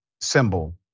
symbol